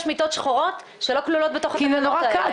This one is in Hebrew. מיטות שחורות שלא כלולות בתוך התקנות האלה?